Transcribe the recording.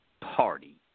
party